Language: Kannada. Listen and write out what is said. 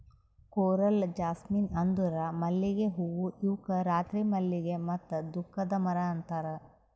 ಕೋರಲ್ ಜಾಸ್ಮಿನ್ ಅಂದುರ್ ಮಲ್ಲಿಗೆ ಹೂವು ಇವುಕ್ ರಾತ್ರಿ ಮಲ್ಲಿಗೆ ಮತ್ತ ದುಃಖದ ಮರ ಅಂತಾರ್